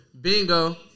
Bingo